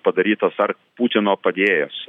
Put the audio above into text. padarytas ar putino padėjėjas